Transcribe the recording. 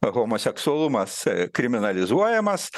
homoseksualumas kriminalizuojamas